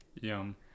Yum